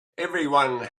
everyone